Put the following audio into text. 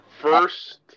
first